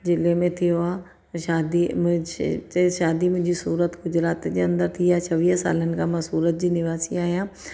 जिले में थियो आहे शादी मुंहिंजे त शादी मुंहिंजी सूरत गुजरात जे अंदरि थी आहे छवीह सालनि खां मां सूरत जी निवासी आहियां